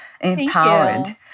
empowered